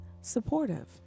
supportive